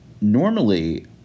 normally